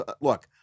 look